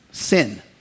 Sin